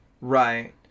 Right